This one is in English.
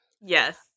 Yes